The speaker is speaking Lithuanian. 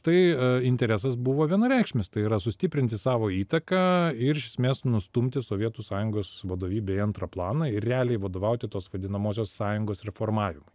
tai interesas buvo vienareikšmis tai yra sustiprinti savo įtaką ir iš esmės nustumti sovietų sąjungos vadovybę į antrą planą ir realiai vadovauti tos vadinamosios sąjungos formavimui